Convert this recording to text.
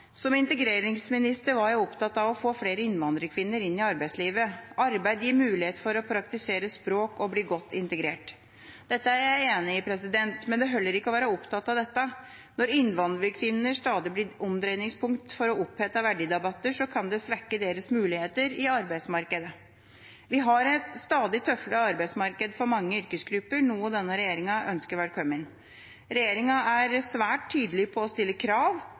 integreringsminister var jeg opptatt av å få flere innvandrerkvinner inn i arbeidslivet. Arbeid gir mulighet for å praktisere språk og til å bli godt integrert.» Dette er jeg enig i, men det holder ikke å være opptatt av dette. Når innvandrerkvinner stadig blir omdreiningspunkt for opphetede verdidebatter, kan det svekke deres muligheter i arbeidsmarkedet. Vi har et stadig tøffere arbeidsmarked for mange yrkesgrupper, noe denne regjeringa ønsker velkommen. Regjeringa er svært tydelig på å stille krav,